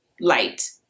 light